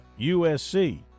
USC